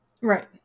Right